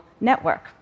network